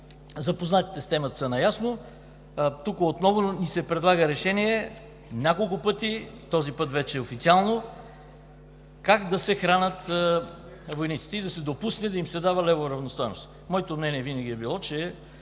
Запознатите с темата са наясно. Тук отново ни се предлага решение няколко пъти, този път вече официално, как да се хранят войниците и да се допусне да им се дава левова равностойност. Моето мнение винаги е било, че